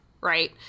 right